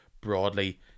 broadly